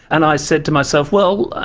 and i said to myself, well,